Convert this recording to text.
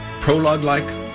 prologue-like